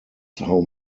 how